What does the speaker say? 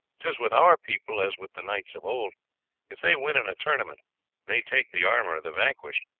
tis with our people as with the knights of old if they win in a tournament they take the armour of the vanquished,